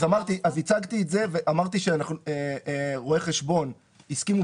אז הצגתי את זה ואמרתי שרואי החשבון הסכימו